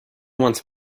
once